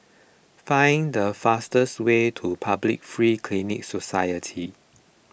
find the fastest way to Public Free Clinic Society